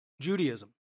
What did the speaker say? Judaism